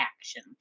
action